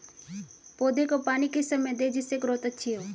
पौधे को पानी किस समय दें जिससे ग्रोथ अच्छी हो?